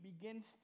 begins